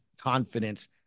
confidence